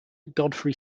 godfrey